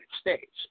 States